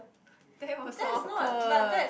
they was awkward